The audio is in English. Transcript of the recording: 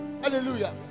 hallelujah